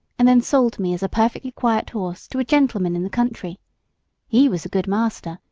and then sold me as a perfectly quiet horse to a gentleman in the country he was a good master,